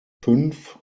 fünf